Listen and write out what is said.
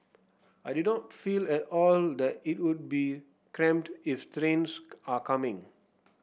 I did not feel at all that it would be cramped if trains are coming